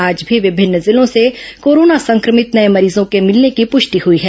आज भी विभिन्न जिलों से कोरोना संक्रमित नये मरीजों के मिलने की पुष्टि हुई है